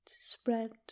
spread